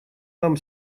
нам